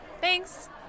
Thanks